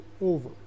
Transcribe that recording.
over